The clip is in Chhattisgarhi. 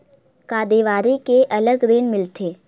का देवारी के अलग ऋण मिलथे?